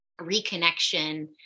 reconnection